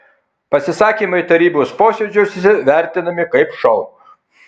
pasisakymai tarybos posėdžiuose vertinami kaip šou